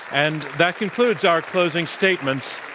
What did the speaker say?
and that concludes our closing statements.